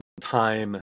time